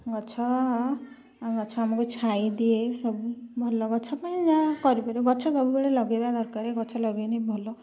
ଗଛ ଗଛ ଆମକୁ ଛାଇ ଦିଏ ସବୁ ଭଲ ଗଛ ପାଇଁ ଯାହା କରିପାରିବୁ ଗଛ ସବୁବେଳେ ଲଗାଇବା ଦରକାର ଗଛ ଲଗାଇଲେ ଭଲ